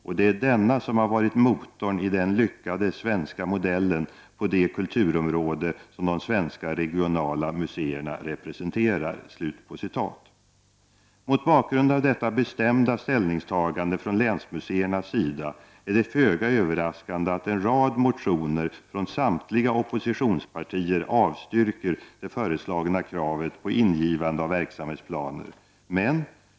Och det är denna som har varit motorn i den lyckade ”Svenska modellen” på det kulturområde som de svenska regionala museerna representerar.” Mot bakgrund av detta bestämda ställningstagande från länsmuseernas sida är det föga överraskande att en rad motioner från samtliga oppositionspartier avstyrker det föreslagna kravet på ingivande av verksamhetsplaner.